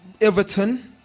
Everton